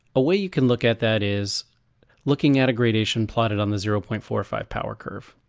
a way you can look at that is looking at a gradation plotted on the zero point four five power curve.